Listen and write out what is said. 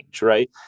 right